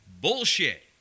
bullshit